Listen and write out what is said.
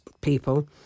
people